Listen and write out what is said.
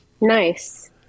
Nice